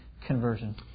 conversion